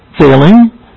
failing